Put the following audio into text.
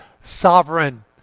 sovereign